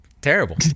Terrible